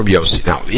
Now